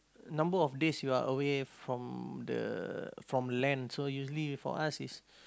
number of days you are away from the from land so usually for us is